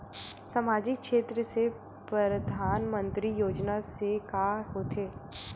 सामजिक क्षेत्र से परधानमंतरी योजना से का होथे?